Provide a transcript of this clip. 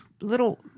little